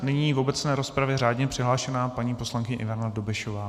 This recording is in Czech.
Nyní v obecné rozpravě řádně přihlášená paní poslankyně Ivana Dobešová.